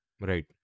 right